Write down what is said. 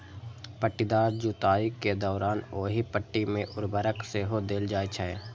पट्टीदार जुताइ के दौरान ओहि पट्टी मे उर्वरक सेहो देल जाइ छै